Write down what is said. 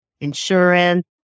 insurance